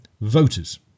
voters